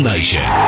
Nation